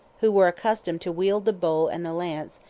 who were accustomed to wield the bow and the lance,